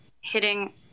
hitting